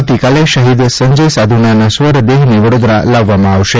આવતીકાલે શહીદ સંજય સાધુના નશ્વર દેહને વડોદરા લાવવામાં આવશે